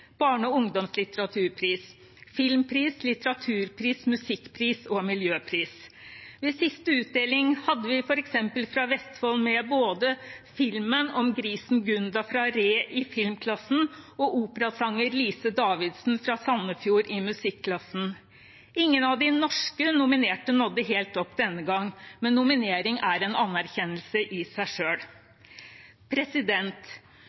barne- og ungdomslitteraturpris; filmpris, litteraturpris, musikkpris og miljøpris. Ved siste utdeling hadde vi for eksempel fra Vestfold med både filmen om grisen Gunda fra Re i filmklassen og operasanger Lise Davidsen fra Sandefjord i musikklassen. Ingen av de norske nominerte nådde helt opp denne gang, men nominering er en anerkjennelse i seg